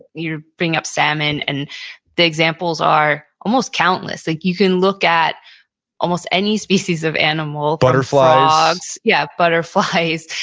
you're bringing up salmon. and the examples are almost countless. like you can look at almost any species of animal butterflies from frogs. yeah. butterflies.